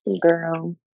girl